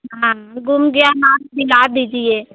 हाँ गुम गया हमारा दिला दीजिए